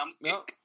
No